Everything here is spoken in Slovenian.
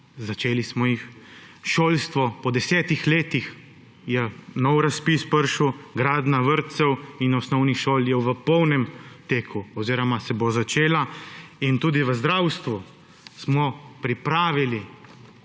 začeli smo jih. Šolstvo, po desetih letih je nov razpis prišel, gradnja vrtcev in osnovnih šol je v polnem teku oziroma se bo začela. In tudi v zdravstvu smo pripravili